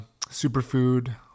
superfood